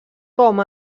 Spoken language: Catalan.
com